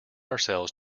ourselves